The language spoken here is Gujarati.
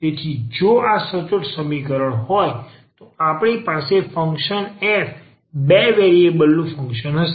તેથી જો અહીં આ સચોટ સમીકરણ હોય તો આપણી પાસે ફંક્શન f બે વેરિએબલ નું ફંક્શન હશે